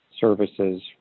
services